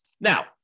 Now